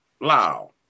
Wow